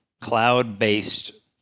cloud-based